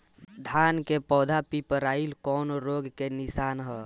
धान के पौधा पियराईल कौन रोग के निशानि ह?